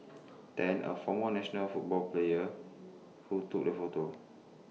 Tan A former national football player who took the photo